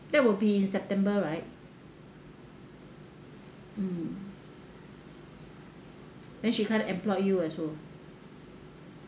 that will be in september right then mm she kind of employed you also